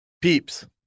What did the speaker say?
Peeps